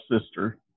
sister